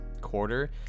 quarter